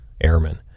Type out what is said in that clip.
airmen